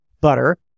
butter